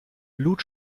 blut